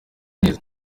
neza